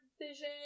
vision